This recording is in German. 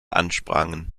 ansprangen